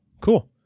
cool